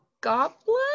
goblin